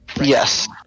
Yes